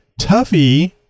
Tuffy